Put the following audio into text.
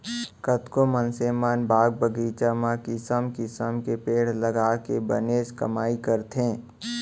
कतको मनसे मन बाग बगीचा म किसम किसम के पेड़ लगाके बनेच कमाई करथे